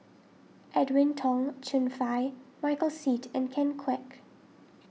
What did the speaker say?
Edwin Tong Chun Fai Michael Seet and Ken Kwek